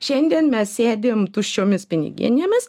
šiandien mes sėdim tuščiomis piniginėmis